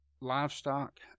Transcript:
livestock